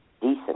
decent